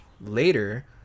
later